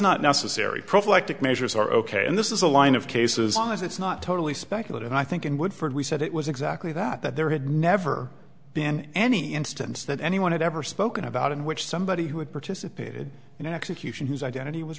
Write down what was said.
not necessary prophylactic measures are ok and this is a line of cases long as it's not totally speculate and i think in woodford we said it was exactly that that there had never been any instance that anyone had ever spoken about in which somebody who had participated in an execution whose identity was